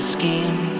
scheme